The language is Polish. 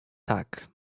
tak